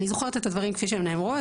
אני זוכרת את הדברים כפי שהם נאמרו,